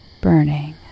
burning